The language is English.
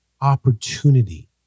opportunity